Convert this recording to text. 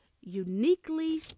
uniquely